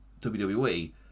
WWE